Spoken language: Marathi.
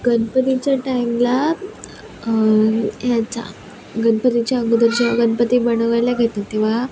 गणपतीच्या टाईमला ह्याच्या गणपतीच्या अगोदर जेव्हा गणपती बनवायला घेतात तेव्हा